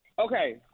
Okay